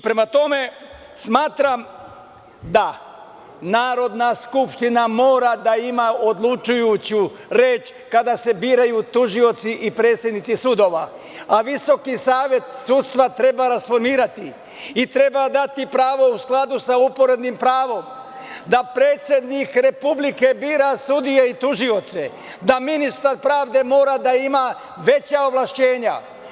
Prema tome, smatram da Narodna skupština mora da ima odlučujuću reč kada se biraju tužioci i predsednici sudova, a Visoki savet sudstava treba rasformirati i treba dati pravo u skladu sa uporednim pravom, da predsednik Republike bira sudije i tužioce, da ministar pravde mora da ima veća ovlašćenja.